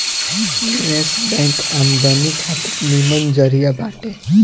निवेश बैंक आमदनी खातिर निमन जरिया बाटे